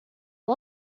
are